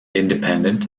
independent